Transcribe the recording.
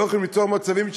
לא יכולים ליצור מצבים,